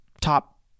top